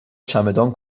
چمدان